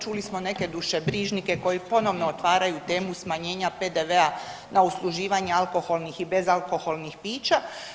Čuli smo neke dušebrižnike koji ponovno otvaraju temu smanjenja PDV-a na usluživanje alkoholnih i bezalkoholnih pića.